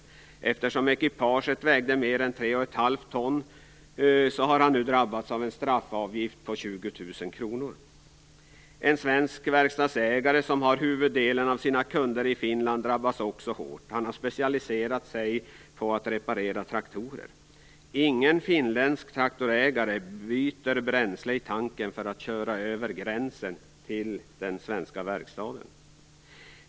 Eftersom ekipaget vägde mer än tre och ett halvt ton har den här mannen drabbats av en straffavgift på 20 000 kr. En svensk verkstadsägare med huvudparten av sina kunder i Finland drabbas också hårt. Denne man har specialiserat sig på att reparera traktorer. Ingen finländsk traktorägare byter bränsle i tanken för att köra över gränsen till den svenska verkstaden.